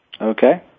Okay